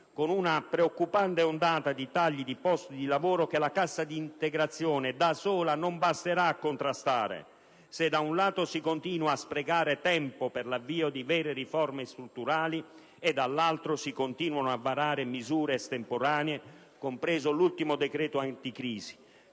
con una preoccupante ondata di tagli di posti di lavoro, che la cassa integrazione da sola non basterà a contrastare se, da un lato, si continuerà a sprecare tempo per l'avvio di vere riforme strutturali e, dall'altro, si continueranno a varare misure estemporanee, compreso l'ultimo decreto-legge anticrisi,